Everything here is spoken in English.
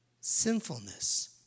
sinfulness